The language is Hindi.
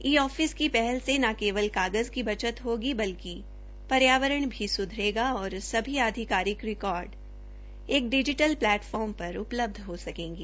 ई ऑफिस की पहल से न केवल कागज की बचत होगी बल्कि पर्यावरण भी सुधरेगा और सभी आधिकारिक रिकॉर्ड एक डिजिटल प्लैटफॉर्म पर उपलब्ध हो सकेंगे